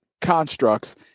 constructs